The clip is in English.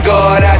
God